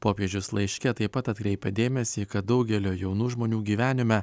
popiežius laiške taip pat atkreipia dėmesį kad daugelio jaunų žmonių gyvenime